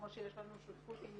כמו שיש לנו שותפות עם